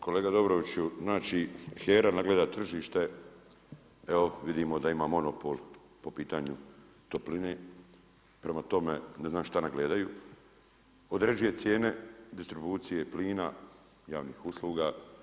Kolega Dobroviću, znači HERA nadgleda tržište, evo vidimo da ima monopol po pitanju topline, prema tome, ne znam šta nadgledaju, određuje cijene distribucije plina, javnih usluga.